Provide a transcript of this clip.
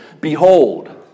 Behold